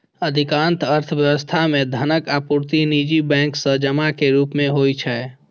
अधिकांश अर्थव्यवस्था मे धनक आपूर्ति निजी बैंक सं जमा के रूप मे होइ छै